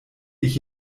ich